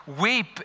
weep